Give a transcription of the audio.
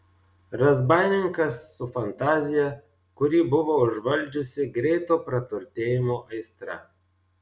razbaininkas su fantazija kurį buvo užvaldžiusi greito praturtėjimo aistra